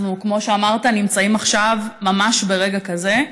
אנחנו, כמו שאמרת, נמצאים עכשיו ממש ברגע כזה,